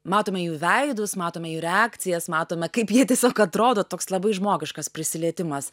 matome jų veidus matome jų reakcijas matome kaip jie tiesiog atrodo toks labai žmogiškas prisilietimas